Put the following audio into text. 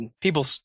People